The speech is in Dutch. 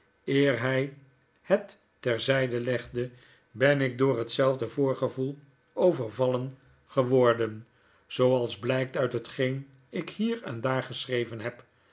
eer hij het ter zyde legde ben ik door hetzelfde voorgevoel overvallen geworden zooals blykt uit hetgeen ik hier en daar geschreven heb